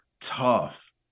tough